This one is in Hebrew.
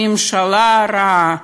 ממשלה רעה,